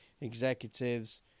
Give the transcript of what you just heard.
executives